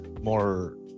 more